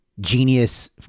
genius